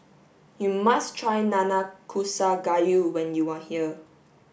you must try Nanakusa Gayu when you are here